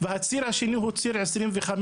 הציר השני הוא ציר 25,